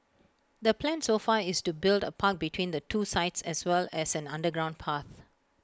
the plan so far is to build A park between the two sites as well as an underground path